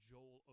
Joel